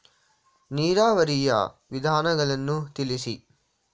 ನೀರಾವರಿಯ ವಿಧಾನಗಳನ್ನು ತಿಳಿಸಿ?